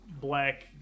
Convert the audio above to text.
black